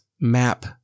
map